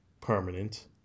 permanent